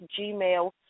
gmail